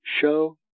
Show